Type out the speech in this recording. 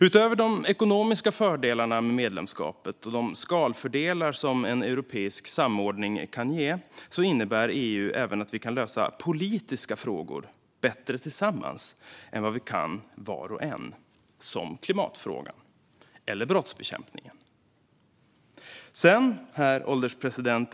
Utöver de ekonomiska fördelarna med medlemskapet och de skalfördelar som en europeisk samordning kan ge innebär EU även att vi kan lösa politiska frågor bättre tillsammans än vad vi skulle var och en, till exempel klimatfrågan och brottsbekämpningen. Herr ålderspresident!